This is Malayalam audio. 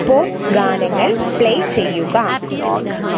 പോപ്പ് ഗാനങ്ങൾ പ്ലേ ചെയ്യുക